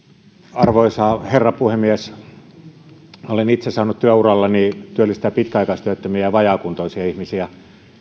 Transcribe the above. arvoisa herra puhemies olen itse saanut työurallani työllistää pitkäaikaistyöttömiä ja vajaakuntoisia ihmisiä